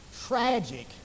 tragic